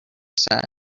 said